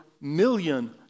million